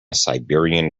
siberian